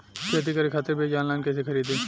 खेती करे खातिर बीज ऑनलाइन कइसे खरीदी?